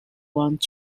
want